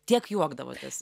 tiek juokdavotės